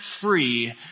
free